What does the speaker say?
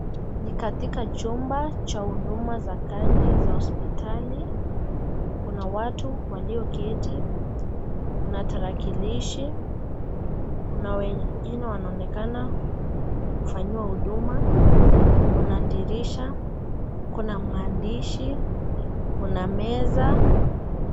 Ni katika chumba cha huduma za kadi za hospitali. Kuna watu walioketi, kuna tarakilishi, kuna wengine wanaonekana kufanyiwa huduma, kuna dirisha, kuna maandishi, kuna meza.